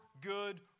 good